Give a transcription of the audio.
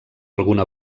alguna